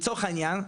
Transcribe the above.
לצורך העניין,